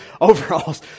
overalls